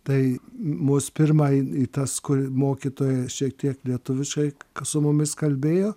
tai mus pirma į į tas kur mokytoja šiek tiek lietuviškai kas su mumis kalbėjo